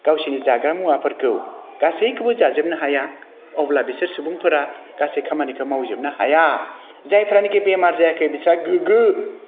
गावसोरनि जाग्रा मुवाफोरखौ गासैखौबो जाजोबनो हाया अब्ला बिसोर सुबुंफोरा गासै खामानिखौ मावजोबनो हाया जायफोरानिकि बेमार जायाखै बिसोरहा गोग्गो